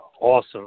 awesome